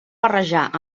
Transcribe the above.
barrejar